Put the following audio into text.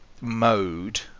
mode